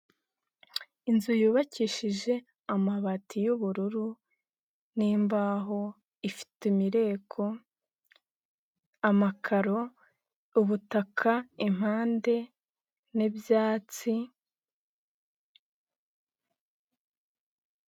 Inzu yubakishije amabati y'ubururu n'imbaho ifite imireko, amakaro, ubutaka impande n'ibyatsi.